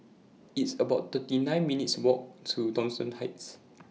It's about thirty nine minutes' Walk to Thomson Heights